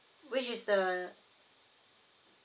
which is the